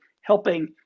helping